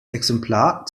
exemplar